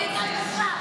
אפס מעשה.